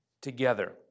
together